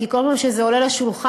כל פעם שזה עולה על השולחן,